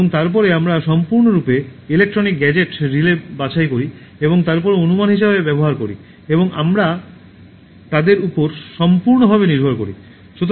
এবং তারপরে আমরা সম্পূর্ণরূপে ইলেকট্রনিক গ্যাজেটে রিলে বাছাই করি এবং তারপরে অনুমান হিসাবে ব্যবহার করি এবং আমরা তাদের উপর সম্পূর্ণভাবে নির্ভর করি